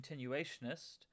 continuationist